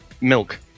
Milk